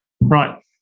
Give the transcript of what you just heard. Right